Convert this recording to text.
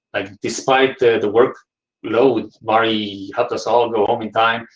like despite the the work load, mari helped us all go home in time.